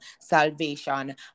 salvation